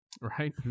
Right